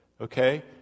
Okay